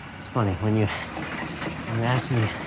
it's funny when you know ask me